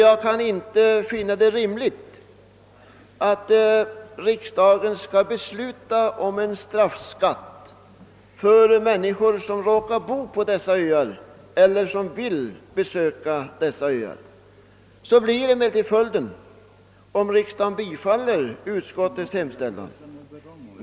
Jag kan inte finna det rimligt att riksdagen skall besluta om en straffskatt för människor som råkar bo på dessa öar eller som vill besöka dem. Så blir emellertid följden om riksdagen bifaller utskottets hemställan på denna punkt.